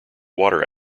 water